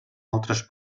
altres